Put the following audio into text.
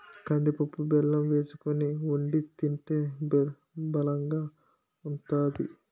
కందిపప్పు బెల్లం వేసుకొని వొండి తింటే బలంగా ఉంతాది